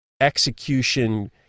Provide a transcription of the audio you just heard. execution